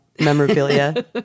memorabilia